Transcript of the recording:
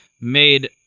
made